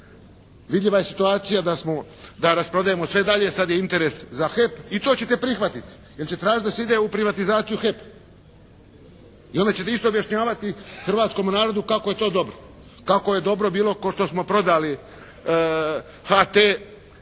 Vidljiva je situacija da smo, da rasprodajemo sve dalje. Sad je interes za HEP. I to ćete prihvatiti. Jer će tražiti da se ide u privatizaciju HEP-a. I onda ćete isto objašnjavati hrvatskomu narodu kako je to dobro. Kako je dobro bilo ko što smo prodali HT